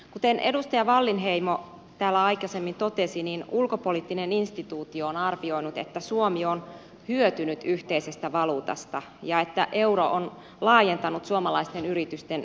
kuten edustaja wallinheimo täällä aikaisemmin totesi ulkopoliittinen instituutti on arvioinut että suomi on hyötynyt yhteisestä valuutasta ja että euro on laajentanut suomalaisten yritysten riskinottokykyä